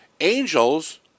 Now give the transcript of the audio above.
angels